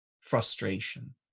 frustration